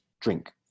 drink